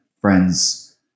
friends